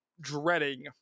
dreading